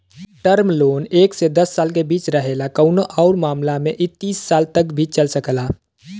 term loan एक से दस साल के बीच रहेला कउनो आउर मामला में इ तीस साल तक भी चल सकला